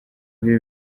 bye